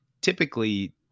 typically